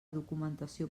documentació